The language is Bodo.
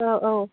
औ औ